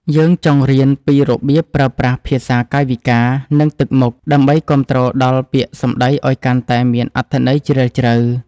យើងចង់រៀនពីរបៀបប្រើប្រាស់ភាសាកាយវិការ និងទឹកមុខ ដើម្បីគាំទ្រដល់ពាក្យសម្ដីឱ្យកាន់តែមានអត្ថន័យជ្រាលជ្រៅ។